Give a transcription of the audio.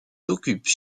occupent